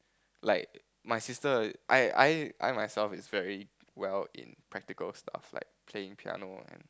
like my sister I I I myself is very well in practical stuff like playing piano and